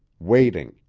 waiting.